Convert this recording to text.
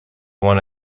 one